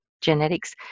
genetics